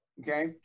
okay